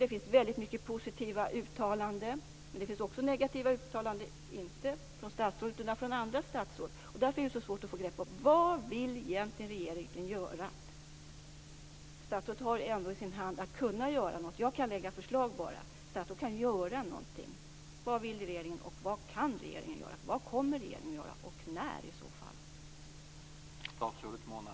Det finns många positiva uttalanden och också många negativa uttalanden, inte från statsrådet utan från andra statsråd. Därför är det så svårt få något grepp om vad regeringen egentligen vill göra. Statsrådet kan ju ändå göra något. Jag kan bara lägga fram förslag. Vad vill och vad kan regeringen göra? Vad kommer regeringen att göra och när tänker man i så fall göra det?